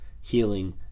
healing